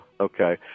okay